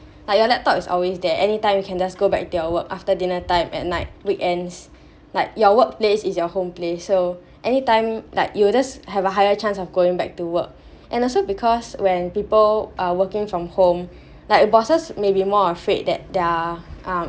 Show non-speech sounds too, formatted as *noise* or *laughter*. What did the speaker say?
like your laptop is always there anytime you can just go back to your work after dinner time at night weekends like your workplace is your home place so anytime like you will just have a higher chance of going back to work *breath* and also because when people are working from home *breath* like bosses may be more afraid that they're um